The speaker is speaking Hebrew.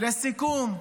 לסיכום,